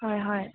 হয় হয়